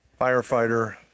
firefighter